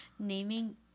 Naming